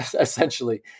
essentially